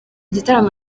gitaramo